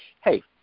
hey